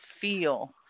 feel